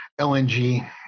lng